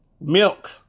milk